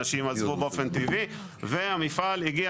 אנשים עזבו באופן טבעי והמפעל הגיע